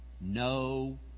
no